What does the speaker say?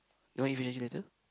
you want eat fish and chip later